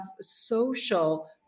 social